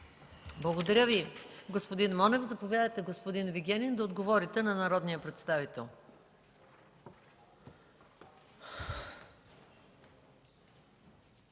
Благодаря, господин Апостолов. Заповядайте, господин Стойнев, да отговорите на народния представител.